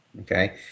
okay